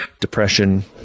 depression